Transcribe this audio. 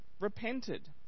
repented